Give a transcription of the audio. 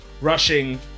rushing